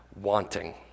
wanting